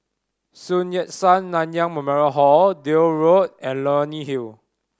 Sun Yat Sen Nanyang Memorial Hall Deal Road and Leonie Hill